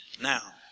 Now